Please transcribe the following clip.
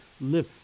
live